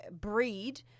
breed